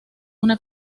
una